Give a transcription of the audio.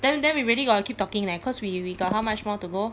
then then we really gotta keep talking leh cause we we got how much to go